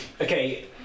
Okay